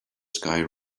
sky